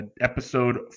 Episode